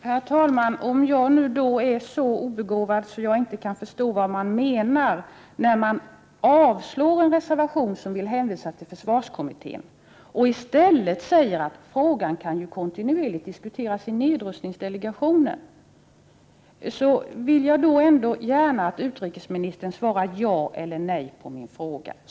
Herr talman! Om jag nu är så obegåvad att jag inte kan förstå vad man menar när man avslår en reservation som vill hänvisa till försvarskommittén och i stället säger att frågan kan diskuteras kontinuerligt i nedrustningsdelegationen, vill jag ändå gärna att utrikesministern svarar ja eller nej på min fråga.